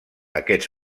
aquests